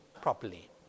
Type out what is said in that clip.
properly